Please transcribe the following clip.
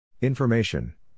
Information